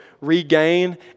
regain